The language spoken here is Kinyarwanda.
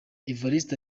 evariste